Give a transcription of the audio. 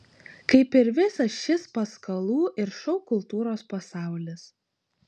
kaip ir visas šis paskalų ir šou kultūros pasaulis